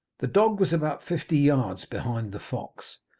the dog was about fifty yards behind the fox,